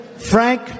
Frank